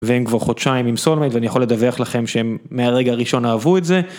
והם כבר חודשיים עם סולמנד ואני יכול לדווח לכם שהם מהרגע הראשון אהבו את זה.